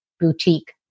boutique